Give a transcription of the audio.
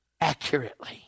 Accurately